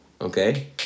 Okay